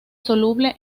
soluble